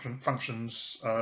functions